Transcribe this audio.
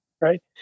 right